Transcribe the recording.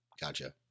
Gotcha